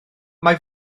mae